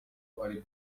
uri